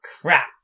crap